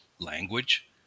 language